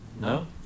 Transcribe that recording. No